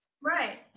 right